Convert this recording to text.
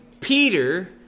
Peter